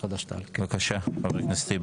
בסעיף 16(ב1)(3) במקום 'לפי פסקת משנה (1)(ב)(2)